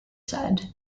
said